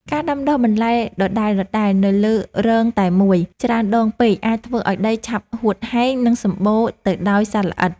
ការដាំដុះបន្លែដដែលៗនៅលើរងតែមួយច្រើនដងពេកអាចធ្វើឱ្យដីឆាប់ហួតហែង និងសម្បូរទៅដោយសត្វល្អិត។